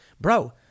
Bro